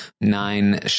nine